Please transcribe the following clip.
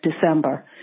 December